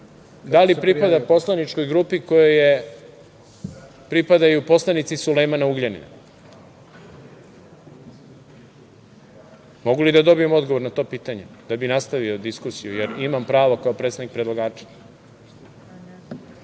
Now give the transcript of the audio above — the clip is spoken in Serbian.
govorio pripada poslaničkoj grupi kojoj pripadaju poslanici Sulejmana Ugljanina? Mogu li da dobijem odgovor na to pitanje da bih nastavio diskusiju, jer imam pravo kao predstavnik predlagača?